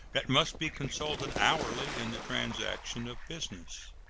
that must be consulted hourly in the transaction of business.